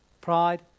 Pride